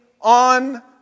on